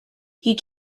you